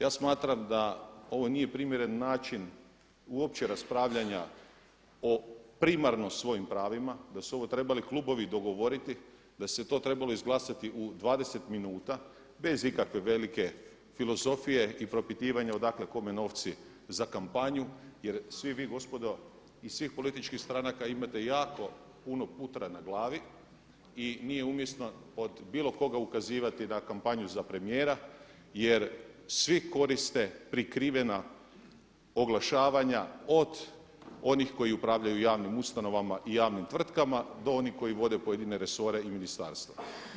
Ja smatram da ovo nije primjeren način uopće raspravljanja o primarno svojim pravima, da su ovo klubovi trebali dogovoriti, da se to trebalo izglasati u 20 minuta, bez ikakve velike filozofije i propitivanja odakle kome novci za kampanju jer svi vi gospodo iz svih političkih stranaka imate jako puno putra na glavi i nije umjesno od bilo koga ukazivati da kampanju na premijera jer svi koriste prikrivena oglašavanja od onih koji upravljaju javnim ustanovama i javnim tvrtkama do onih koji vode pojedine resore i ministarstva.